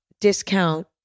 discount